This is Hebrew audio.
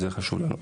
זה חשוב לנו.